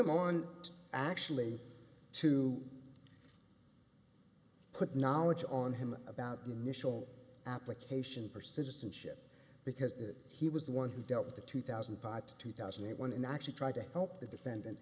him on to actually to put knowledge on him about the initial application for citizenship because he was the one who dealt with the two thousand and five to two thousand and one and actually tried to help the defendant